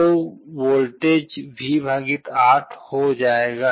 तो voltage V 8 हो जाएगा